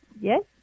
Yes